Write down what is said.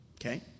Okay